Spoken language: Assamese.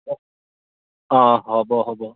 অঁ হ'ব হ'ব